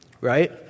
right